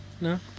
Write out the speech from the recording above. No